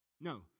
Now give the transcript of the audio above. No